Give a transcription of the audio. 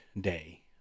day